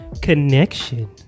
Connection